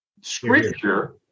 scripture